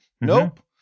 Nope